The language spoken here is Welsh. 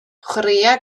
chwaraea